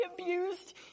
abused